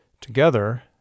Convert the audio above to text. Together